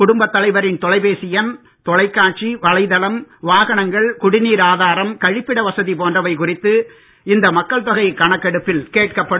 குடும்பத் தலைவரின் தொலைபேசி எண் தொலைக்காட்சி வலைதளம் வாகனங்கள் குடிநீர் ஆதாரம் கழிப்பிட வசதி போன்றவை குறித்து இந்த மக்கள் தொகை கணக்கெடுப்பில் கேட்கப்படும்